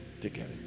together